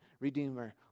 redeemer